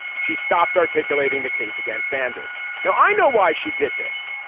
she stopped articulating the case against sanders. now i know why she did this.